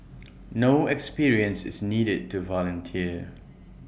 no experience is needed to volunteer